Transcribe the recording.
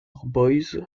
boys